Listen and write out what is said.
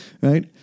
Right